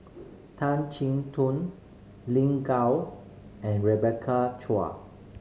Tan Chin Tuan Lin Gao and Rebecca Chua